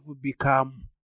become